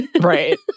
Right